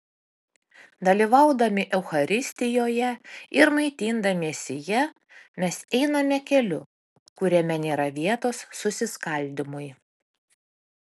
dalyvaudami eucharistijoje ir maitindamiesi ja mes einame keliu kuriame nėra vietos susiskaldymui